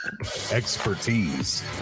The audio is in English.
Expertise